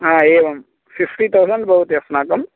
एवं fifty thousand भवति अस्माकं